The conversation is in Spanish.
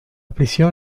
prisión